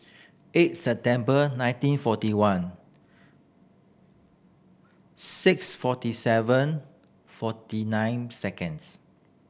eight September nineteen forty one six forty seven forty nine seconds